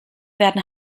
werden